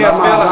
אני אסביר לך.